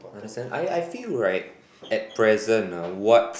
understand I I feel right at present ah what's